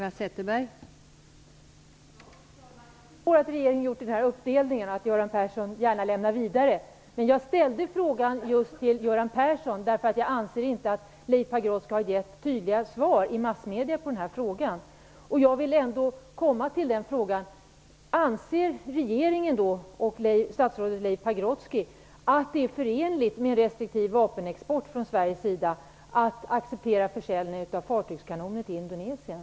Fru talman! Jag förstår att regeringen har gjort denna uppdelning och att Göran Persson gärna lämnar frågan vidare. Men jag ställde frågan just till Göran Persson därför att jag anser att Leif Pagrotsky inte har givit tydliga svar i massmedierna på denna fråga. Anser regeringen och statsrådet Leif Pagrotsky att det är förenligt med en restriktiv vapenexport från Sveriges sida att acceptera försäljning av fartygskanoner till Indonesien?